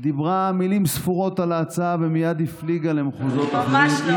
דיברה על ההצעה במילים ספורות ומייד הפליגה למחוזות אחרים,